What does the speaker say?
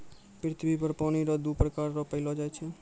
पृथ्वी पर पानी रो दु प्रकार रो पैलो जाय छै